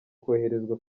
koherezwa